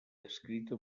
descrita